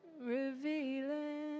revealing